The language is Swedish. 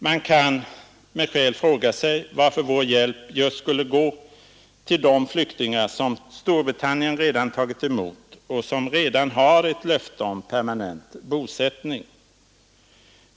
Man kan med skäl fråga sig varför vår hjälp just skulle gå till de flyktingar som Storbritannien redan tagit emot och som har ett löfte om permanent bosättning.